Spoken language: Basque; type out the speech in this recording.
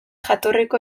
jatorriko